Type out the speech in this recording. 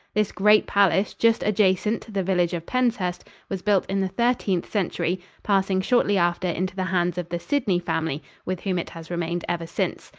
this great palace, just adjacent to the village of penshurst, was built in the thirteenth century, passing shortly after into the hands of the sidney family, with whom it has remained ever since.